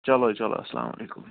چلو چلو السلامُ علیکُم